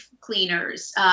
cleaners